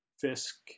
Fisk